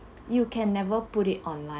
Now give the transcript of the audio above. you can never put it online